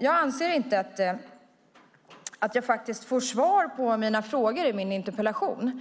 Jag anser inte att jag får svar på frågorna i min interpellation.